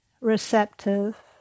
receptive